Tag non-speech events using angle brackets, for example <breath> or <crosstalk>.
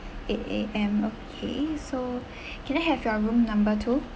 eight A_M okay so <breath> can I have your room number too